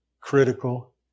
critical